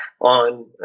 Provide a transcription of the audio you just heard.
on